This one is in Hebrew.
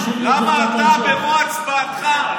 למה אתה במו הצבעתך,